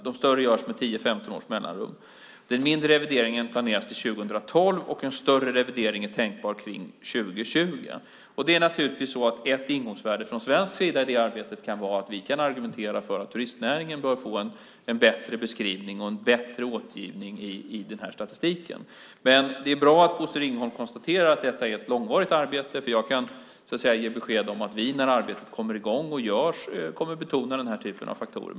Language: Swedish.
De större görs med 10-15 års mellanrum. Den mindre revideringen är planerad till 2012, och en större revidering är tänkbar kring 2020. Ett ingångsvärde från svensk sida i det arbetet kan vara att vi kan argumentera för att turistnäringen bör få en bättre beskrivning och en bättre återgivning i den här statistiken. Det är bra att Bosse Ringholm konstaterar att detta är ett långvarigt arbete, för jag kan ge besked om att vi när arbetet kommer i gång och görs kommer att betona den här typen av faktorer.